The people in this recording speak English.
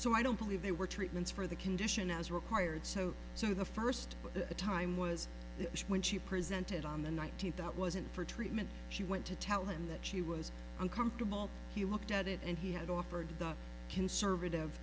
so i don't believe they were treatments for the condition as required so so the first time was when she presented on the nineteenth that wasn't for treatment she went tell him that she was uncomfortable he looked at it and he had offered the conservative